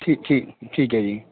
ਠੀਕ ਹੈ ਜੀ